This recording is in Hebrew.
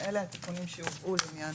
אלה התיקונים שהובאו לעניין